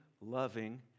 loving